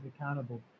accountable